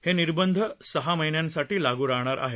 हे निर्बंधं सहा महिन्यांसाठी लागू राहणार आहेत